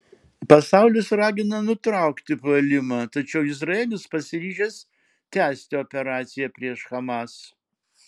pasaulis ragina nutraukti puolimą tačiau izraelis pasiryžęs tęsti operaciją prieš hamas